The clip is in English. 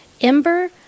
ember